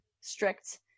strict